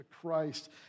Christ